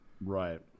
right